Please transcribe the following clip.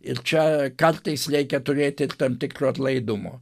ir čia kartais reikia turėti tam tikro atlaidumo